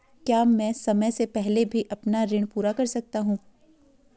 क्या मैं समय से पहले भी अपना ऋण पूरा कर सकता हूँ?